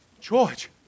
George